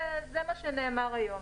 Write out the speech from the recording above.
זה מה שנאמר היום.